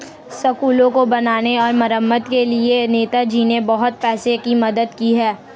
स्कूलों को बनाने और मरम्मत के लिए नेताजी ने बहुत पैसों की मदद की है